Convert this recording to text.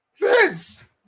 Vince